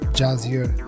jazzier